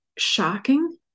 Shocking